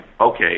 okay